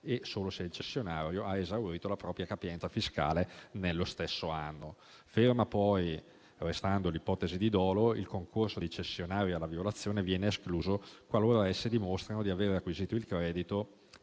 e solo se il cessionario ha esaurito la propria capienza fiscale nello stesso anno. Ferma poi restando l'ipotesi di dolo, il concorso dei cessionari alla violazione viene escluso qualora essi dimostrino di avere acquisito il credito